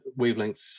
wavelengths